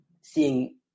seeing